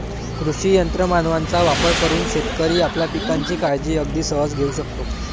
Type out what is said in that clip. कृषी यंत्र मानवांचा वापर करून शेतकरी आपल्या पिकांची काळजी अगदी सहज घेऊ शकतो